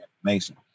information